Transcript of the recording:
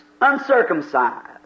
uncircumcised